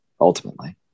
ultimately